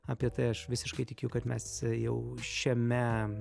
apie tai aš visiškai tikiu kad mes jau šiame